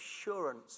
assurance